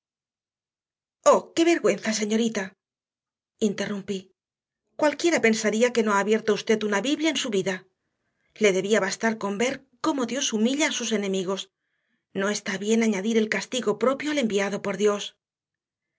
qué vergüenza señorita interrumpí cualquiera pensaría que no ha abierto usted una biblia en su vida le debía bastar con ver cómo dios humilla a sus enemigos no está bien añadir el castigo propio al enviado por dios